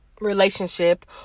relationship